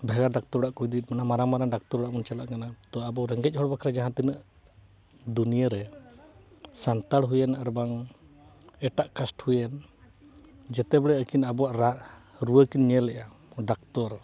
ᱵᱷᱟᱜᱮ ᱰᱟᱠᱛᱟᱨ ᱚᱲᱟᱜ ᱠᱚ ᱤᱫᱤᱭᱮᱜ ᱵᱚᱱᱟ ᱢᱟᱨᱟᱝ ᱢᱟᱨᱟᱝ ᱰᱟᱠᱛᱚᱨ ᱚᱲᱟᱜ ᱵᱚᱱ ᱪᱟᱞᱟᱜ ᱠᱟᱱᱟ ᱛᱚ ᱟᱵᱚ ᱨᱮᱸᱜᱮᱡ ᱦᱚᱲ ᱵᱟᱠᱷᱨᱟ ᱡᱟᱦᱟᱸ ᱛᱤᱱᱟᱹᱜ ᱫᱩᱱᱤᱭᱟᱹ ᱨᱮ ᱥᱟᱱᱛᱟᱲ ᱦᱩᱭᱮᱱ ᱵᱟᱝ ᱮᱴᱟᱜ ᱠᱟᱥᱴ ᱦᱩᱭᱮᱱ ᱡᱮᱛᱮ ᱵᱟᱲᱮ ᱟᱹᱠᱤᱱ ᱟᱵᱚᱣᱟᱜ ᱨᱟᱜ ᱨᱩᱣᱟᱹ ᱠᱤᱱ ᱧᱮᱞᱮᱜᱼᱟ ᱰᱟᱠᱛᱚᱨ